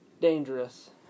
dangerous